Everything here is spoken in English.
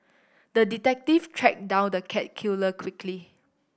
the detective tracked down the cat killer quickly